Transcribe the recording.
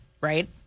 right